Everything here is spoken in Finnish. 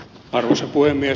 arvoisa puhemies